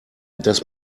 dass